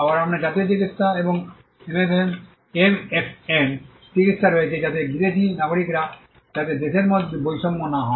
আবার আপনার জাতীয় চিকিত্সা এবং এমএফএন চিকিত্সা রয়েছে যাতে বিদেশী নাগরিকরা যাতে দেশের মধ্যে বৈষম্য না হয়